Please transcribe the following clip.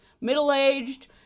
middle-aged